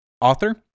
author